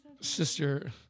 Sister